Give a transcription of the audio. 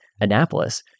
Annapolis